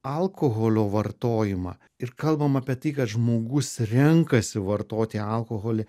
alkoholio vartojimą ir kalbam apie tai kad žmogus renkasi vartoti alkoholį